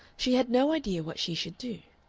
she had no idea what she should do.